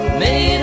made